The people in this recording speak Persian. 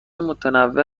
متنوع